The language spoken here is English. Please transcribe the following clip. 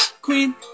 queen